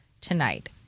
tonight